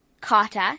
Carter